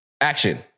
action